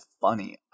funny